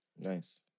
Nice